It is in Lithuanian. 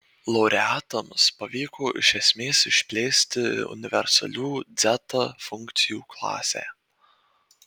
laureatams pavyko iš esmės išplėsti universalių dzeta funkcijų klasę